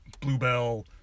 Bluebell